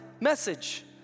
Message